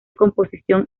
composición